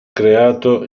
creato